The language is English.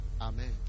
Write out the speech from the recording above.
Amen